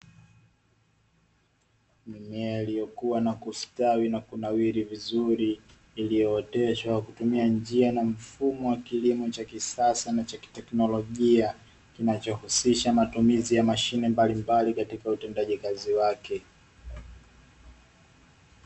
Mimea iliyokua na kustawi na kunawiri vizuri iliyooteshwa kwa kutumia njia na mfumo wa kilimo cha kisasa na cha kiteknolojia, kinachohusisha matumizi ya mashine mbalimbali katika utendaji kazi wake.